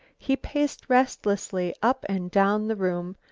he paced restlessly up and down the room,